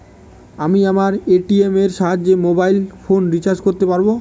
আমি আমার এ.টি.এম এর সাহায্যে মোবাইল ফোন রিচার্জ করতে পারব?